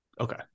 okay